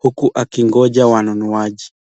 huku akingoja wanunuaji.